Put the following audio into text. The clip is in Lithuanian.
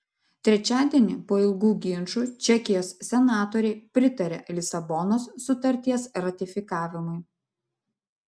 trečiadienį po ilgų ginčų čekijos senatoriai pritarė lisabonos sutarties ratifikavimui